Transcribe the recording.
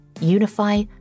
unify